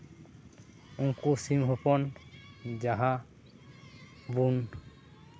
ᱩᱱᱠᱩ ᱥᱤᱢ ᱦᱚᱯᱚᱱ ᱡᱟᱦᱟᱸ ᱵᱚᱱ